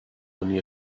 only